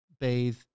bathe